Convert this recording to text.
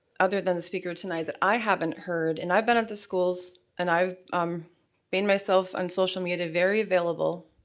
other than the speaker tonight, that i haven't heard, and i've been at the schools and i've um made myself, on social media, very available.